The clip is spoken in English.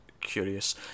curious